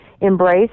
embrace